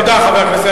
תודה, חבר הכנסת.